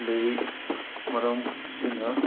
ꯂꯩ ꯃꯔꯝ ꯑꯁꯤꯅ